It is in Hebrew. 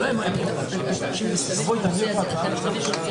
אין הפניה ל-36ב(ב), ואיני יודעת למה.